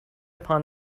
upon